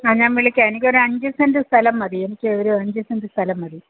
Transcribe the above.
ആ ഞാൻ വിളിക്കാ എനിക്ക് ഒരു അഞ്ച് സെൻറ്റ് സ്ഥലം മതി എനിക്കൊരു അഞ്ച് സെൻറ്റ് സ്ഥലം മതി